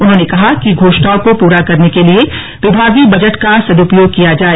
उन्होंने कहा कि घोषणाओं को पूरा करने के लिए विभागीय बजट का सद्रपयोग किया जाए